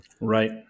Right